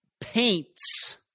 paints